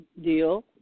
deal